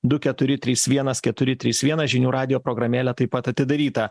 du keturi trys vienas keturi trys vienas žinių radijo programėlė taip pat atidarytą